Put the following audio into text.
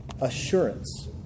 assurance